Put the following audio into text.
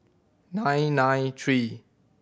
nine nine three